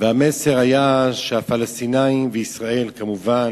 והמסר היה שהפלסטינים וישראל כמובן